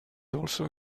also